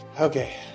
Okay